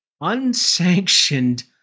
unsanctioned